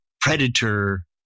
predator